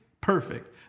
perfect